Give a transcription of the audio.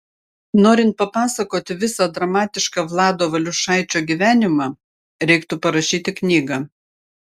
norint papasakoti visą dramatišką vlado valiušaičio gyvenimą reiktų parašyti knygą